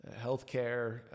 healthcare